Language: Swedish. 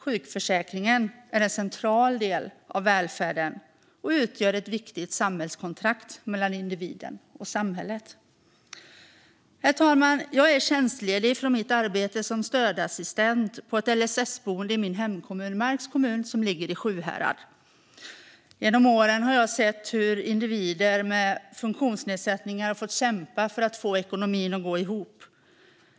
Sjukförsäkringen är en central del av välfärden och utgör ett viktigt samhällskontrakt mellan individen och samhället. Herr talman! Jag är tjänstledig från mitt arbete som stödassistent på ett LSS-boende i min hemkommun, Marks kommun, som ligger i Sjuhärad. Genom åren har jag sett hur individer med funktionsnedsättningar har fått kämpa för att få ekonomin att gå ihop.